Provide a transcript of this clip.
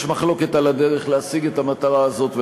יש מחלוקת על הדרך להשגת המטרה הזאת,